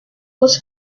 was